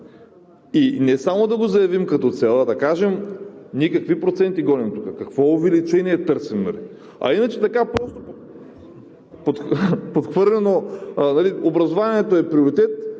И не само да го заявим като цел, а да кажем ние какви проценти гоним тук, какво увеличение търсим, нали? А иначе така просто подхвърлено: образованието е приоритет,